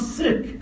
sick